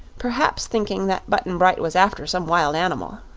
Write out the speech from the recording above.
perhaps thinking that button-bright was after some wild animal.